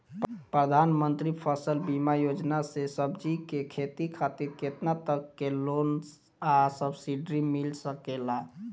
प्रधानमंत्री फसल बीमा योजना से सब्जी के खेती खातिर केतना तक के लोन आ सब्सिडी मिल सकेला?